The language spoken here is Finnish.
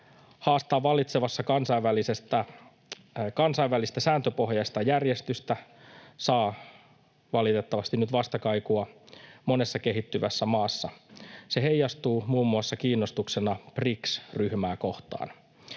haastaa vallitsevaa kansainvälistä sääntöpohjaista järjestystä saa valitettavasti nyt vastakaikua monessa kehittyvässä maassa. Se heijastuu muun muassa kiinnostuksena BRICS-ryhmää kohtaan.